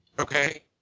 Okay